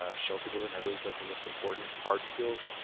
ah shelter building are those like the most important hard skills